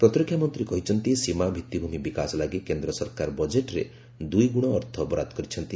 ପ୍ରତିରକ୍ଷା ମନ୍ତ୍ରୀ କହିଛନ୍ତି ସୀମା ଭିତ୍ତିଭୂମି ବିକାଶ ଲାଗି କେନ୍ଦ୍ର ସରକାର ବଜେଟ୍ରେ ଦ୍ୱିଗୁଣ ଅର୍ଥ ବରାଦ କରିଛନ୍ତି